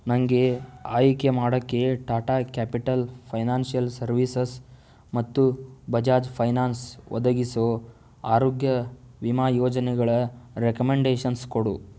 ನನಗೆ ಆಯ್ಕೆ ಮಾಡೋಕ್ಕೆ ಟಾಟಾ ಕ್ಯಾಪಿಟಲ್ ಫೈನಾನ್ಷಿಯಲ್ ಸರ್ವೀಸಸ್ ಮತ್ತು ಬಜಾಜ್ ಫೈನಾನ್ಸ್ ಒದಗಿಸೋ ಆರೋಗ್ಯ ವಿಮಾ ಯೋಜನೆಗಳ ರೆಕಮೆಂಡೇಷನ್ಸ್ ಕೊಡು